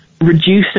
reducing